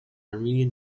armenian